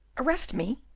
arrest me?